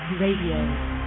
Radio